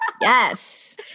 Yes